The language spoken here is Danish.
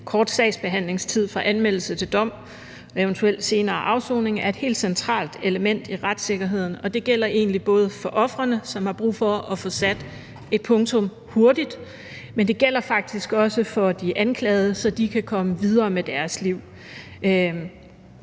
kort sagsbehandlingstid fra anmeldelse til dom og eventuelt til senere afsoning er et helt centralt element i retssikkerheden, og det gælder egentlig både for ofrene, som har brug for at få sat et punktum hurtigt, men det gælder faktisk også for de anklagede, så de kan komme videre med deres liv.